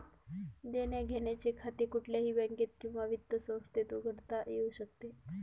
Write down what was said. देण्याघेण्याचे खाते कुठल्याही बँकेत किंवा वित्त संस्थेत उघडता येऊ शकते